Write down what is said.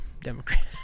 Democrat